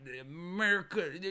America